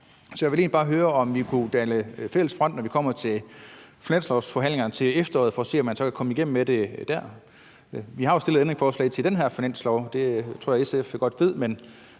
egentlig bare høre, om vi kunne danne fælles front, når det kommer til finanslovsforhandlingerne til efteråret, for at se, om man så kan komme igennem med det der. Vi har jo stillet ændringsforslag til den her finanslov. Det tror jeg at SF godt ved, men